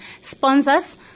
sponsors